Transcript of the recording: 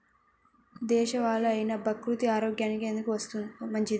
దేశవాలి అయినా బహ్రూతి ఆరోగ్యానికి ఎందుకు మంచిది?